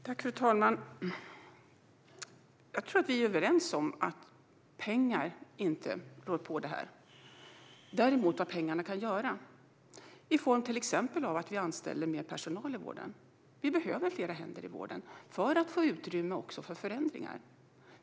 Fru talman! Jag tror att vi är överens om att pengar inte rår på detta. Däremot kan pengar hjälpa till, exempelvis i form av att vi anställer mer personal i vården. Det behövs fler händer i vården för att också få utrymme för förändringar.